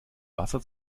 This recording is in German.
wasser